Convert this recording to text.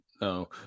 no